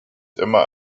immer